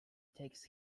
takes